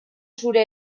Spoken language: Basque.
zure